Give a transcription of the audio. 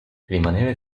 rimanere